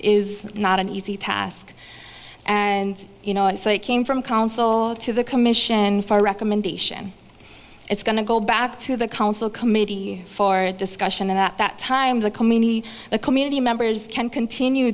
is not an easy task and you know it came from council to the commission for a recommendation it's going to go back to the council committee for discussion and at that time the community the community members can continue